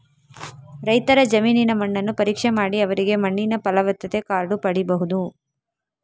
ರೈತರ ಜಮೀನಿನ ಮಣ್ಣನ್ನು ಪರೀಕ್ಷೆ ಮಾಡಿ ಅವರಿಗೆ ಮಣ್ಣಿನ ಫಲವತ್ತತೆ ಕಾರ್ಡು ಪಡೀಬಹುದು